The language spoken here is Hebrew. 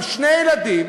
עם שני ילדים,